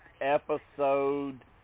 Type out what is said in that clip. episode